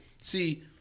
See